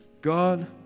God